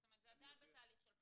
זאת אומרת, זה עדיין בתהליך של בחינה?